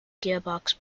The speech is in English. gearbox